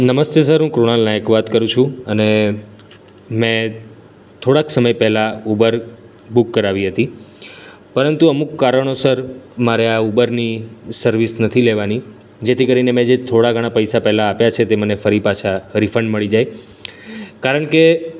નમસ્તે સર હું કૃણાલ નાયક વાત કરું છું અને મેં થોડાક સમય પહેલાં ઉબર બૂક કરાવી હતી પરંતુ અમુક કારણોસર મારે આ ઉબરની સર્વિસ નથી લેવાની જેથી કરીને મેં જે થોડા ઘણા પૈસા પહેલાં આપ્યા છે તે મને ફરી પાછા રિફંડ મળી જાય કારણકે